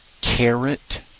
carrot